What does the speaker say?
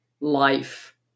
life